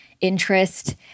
interest